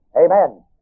Amen